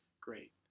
great